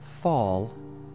Fall